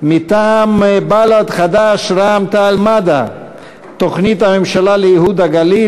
מטעם בל"ד חד"ש רע"ם-תע"ל-מד"ע: תוכנית הממשלה לייהוד הגליל.